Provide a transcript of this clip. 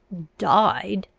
died?